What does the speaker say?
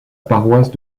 paroisse